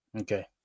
Okay